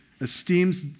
esteems